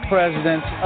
President